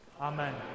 amen